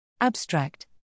Abstract